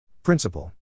Principle